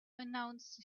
announce